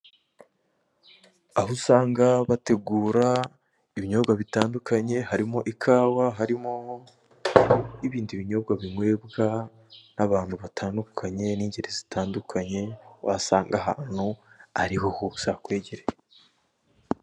Aho usanga bategura ibinyobwa bitandukanye, harimo ikawa, harimo n'ibindi binyobwa binywebwa n'abantu batandukanye n'ingeri zitandukanye, wasanga ahantu ari aho ariho hose hakwegereye.